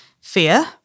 Fear